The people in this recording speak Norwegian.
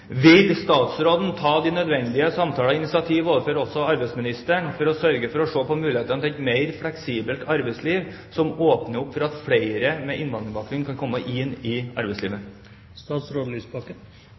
Vil statsråden ta de nødvendige samtaler og initiativ overfor arbeidsministeren for å se på mulighetene til et mer fleksibelt arbeidsliv som åpner opp for at flere med innvandrerbakgrunn kan komme inn i arbeidslivet?